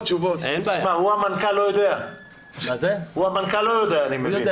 הוא המנכ"ל, לא יודע, אני מבין.